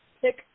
Pick